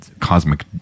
cosmic